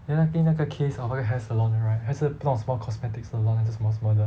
then 那天那个 case hor 那个 hair salon 的 right 还是不懂什么 cosmetic salon 还是什么什么的